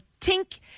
tink